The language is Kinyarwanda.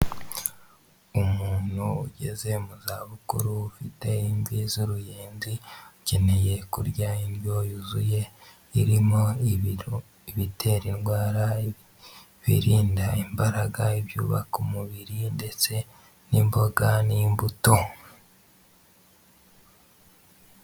Umuntu ugeze mu za bukuru ufite imvi z'uruyenzi, akeneye kurya indyo yuzuye irimo ibintu ibitera indwara, ibirinda imbaraga ibyubaka umubiri ndetse n'imboga n'imbuto.